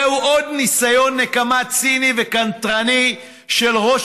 זהו עוד ניסיון נקמה ציני וקנטרני של ראש